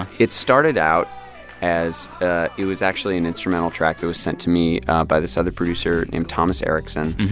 it started out as ah it was actually an instrumental track that was sent to me by this other producer named thomas eriksen.